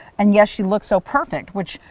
and yes, she looks so perfect which,